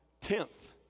Tenth